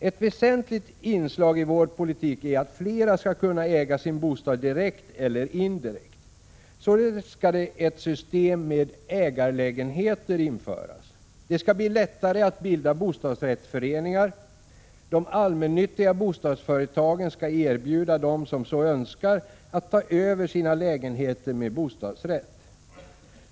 Ett väsentligt inslag i vår politik är att fler skall kunna äga sin bostad direkt eller indirekt. Således skall ett system med ägarlägenheter införas. Det skall bli lättare att bilda bostadsrättsföreningar. De allmännyttiga bostadsföretagen skall erbjuda dem som så önskar att ta över sina lägenheter med bostadsrätt.